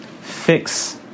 Fix